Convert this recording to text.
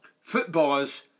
footballers